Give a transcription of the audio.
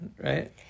right